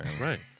Right